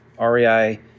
REI